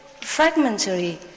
fragmentary